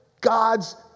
God's